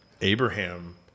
Abraham